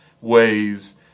ways